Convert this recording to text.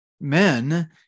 men